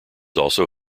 also